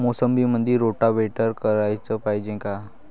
मोसंबीमंदी रोटावेटर कराच पायजे का?